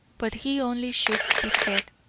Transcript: but he only shook his head.